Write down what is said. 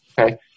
Okay